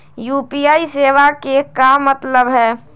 UPI सेवा के का मतलब है?